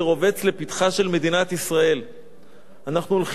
אנחנו הולכים שולל אחרי כל מיני ביטויי רחמנות כביכול